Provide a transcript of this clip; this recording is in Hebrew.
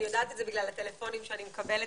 אני יודעת את זה בגלל הטלפונים שאני מקבלת,